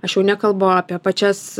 aš jau nekalbu apie pačias